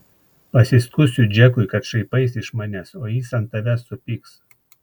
pasiskųsiu džekui kad šaipaisi iš manęs o jis ant tavęs supyks